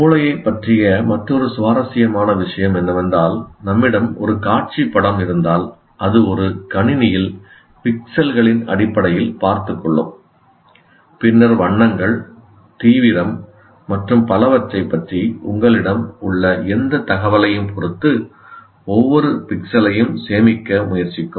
மூளையைப் பற்றிய மற்றொரு சுவாரஸ்யமான விஷயம் என்னவென்றால் நம்மிடம் ஒரு காட்சி படம் இருந்தால் அது ஒரு கணினியில் பிக்சல்களின் அடிப்படையில் பார்த்துக் கொள்ளும் பின்னர் வண்ணங்கள் தீவிரம் மற்றும் பலவற்றைப் பற்றி உங்களிடம் உள்ள எந்த தகவலையும் பொறுத்து ஒவ்வொரு பிக்சலையும் சேமிக்க முயற்சிக்கும்